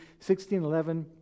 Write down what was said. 1611